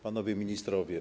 Panowie Ministrowie!